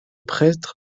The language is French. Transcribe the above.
prêtre